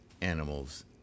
animals